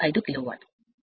5 kilo వాట్సరైనది